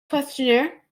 questionnaire